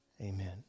Amen